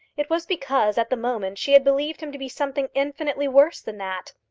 it was because at the moment she had believed him to be something infinitely worse than that.